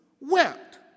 wept